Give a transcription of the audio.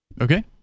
Okay